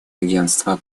агентства